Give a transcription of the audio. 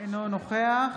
אינו נוכח